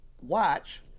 watch